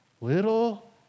Little